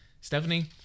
Stephanie